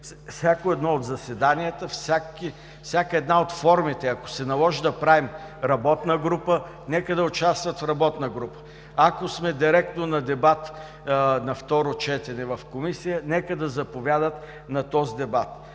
всяко едно от заседанията, всяка една от формите, ако се наложи да правим работна група, нека да участват в работна група, ако сме директно на дебата на второ четене в Комисията, нека да заповядат на този дебат.